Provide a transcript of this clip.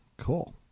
Cool